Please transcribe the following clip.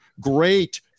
Great